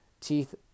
teeth